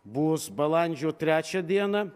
bus balandžio trečią dieną